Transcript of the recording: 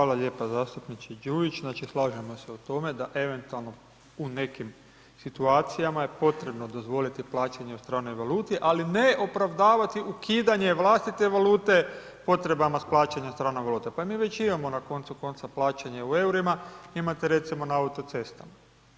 Hvala lijepo zastupniče Đujić, znači, slažemo se o tome da eventualno u nekim situacijama je potrebno dozvoliti plaćanje u stranoj valuti, ali ne opravdavati ukidanje vlastite valute potrebama s plaćanjem strane valute, pa mi već imamo na koncu konca plaćanje u EUR-ima, imate recimo na autocestama.